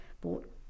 bought